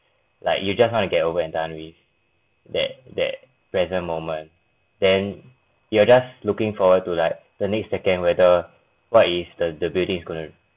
like you just want to get over and done with that that present moment then you are just looking forward to like the next second whether what is the the buildings going to